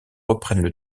reprennent